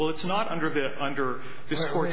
well it's not under the under